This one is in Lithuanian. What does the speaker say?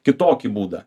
kitokį būdą